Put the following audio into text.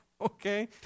Okay